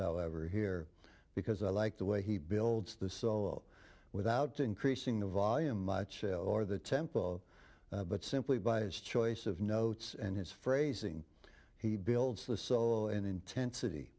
however here because i like the way he builds the solo without increasing the volume much or the tempo but simply by his choice of notes and his phrasing he builds the solo